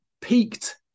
peaked